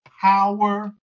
power